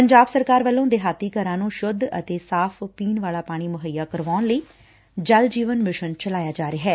ਪੰਜਾਬ ਸਰਕਾਰ ਵੱਲੋਂ ਪੇਂਡੁ ਘਰਾਂ ਨੂੰ ਸੁੱਧ ਅਤੇ ਸਾਫ਼ ਪੀਣ ਵਾਲਾ ਪਾਣੀ ਮੁਹੱਈਆ ਕਰਵਾਉਣ ਲਈ ਜਲ ਜੀਵਨ ਮਿਸ਼ਨ ਚਲਾਇਆ ਜਾ ਰਿਹੈ